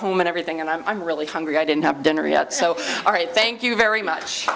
home and everything and i'm really hungry i didn't have dinner yet so all right thank you very much